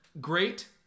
Great